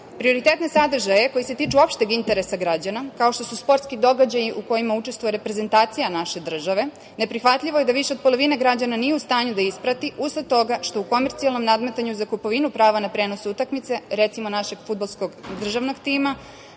servisa. Prioritetne sadržaje koji se tiču opšteg interesa građana, kao što su sportski događaji u kojima učestvuje reprezentacija naše države, neprihvatljivo je da više od polovine građana nije u stanju da isprati usled toga što u komercijalnom nadmetanju za kupovinu prava na prenos utakmice, recimo našeg fudbalskog državnog tima,